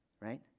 right